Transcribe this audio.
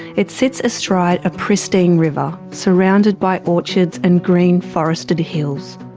it sits astride a pristine river, surrounded by orchards and green forested hills.